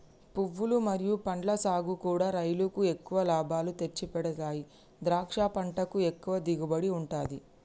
పువ్వులు మరియు పండ్ల సాగుకూడా రైలుకు ఎక్కువ లాభాలు తెచ్చిపెడతాయి ద్రాక్ష పంటకు ఎక్కువ దిగుబడి ఉంటది